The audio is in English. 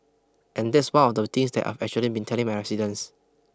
and that's one of the things that I've actually been telling my residents